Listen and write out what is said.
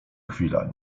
chwila